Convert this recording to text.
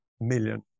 million